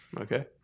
Okay